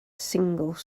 single